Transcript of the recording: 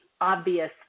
obvious –